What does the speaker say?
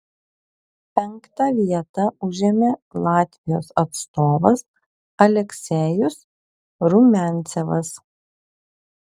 penktą vietą užėmė latvijos atstovas aleksejus rumiancevas